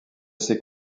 ces